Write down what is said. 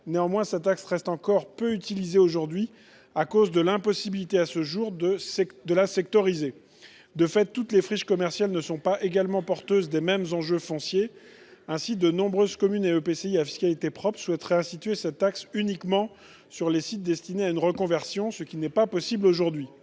Toutefois, elle reste encore peu utilisée aujourd’hui, en particulier en raison de l’impossibilité, à ce jour, de la sectoriser. De fait, toutes les friches commerciales ne sont pas porteuses des mêmes enjeux fonciers ; ainsi, de nombreuses communes et EPCI à fiscalité propre souhaitent cibler cette taxe sur les sites destinés à une reconversion, ce qui n’est pas possible aujourd’hui.